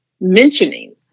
mentioning